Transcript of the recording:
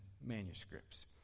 manuscripts